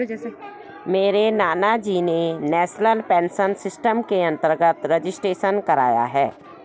मेरे नानाजी ने नेशनल पेंशन सिस्टम के अंतर्गत रजिस्ट्रेशन कराया है